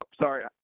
sorry